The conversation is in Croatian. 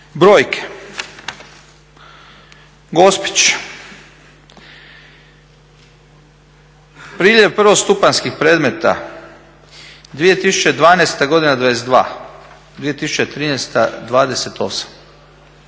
brojke. Gospić, priljev prvostupanjskih predmeta 2012. godina 22, 2013. 28